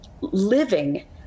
living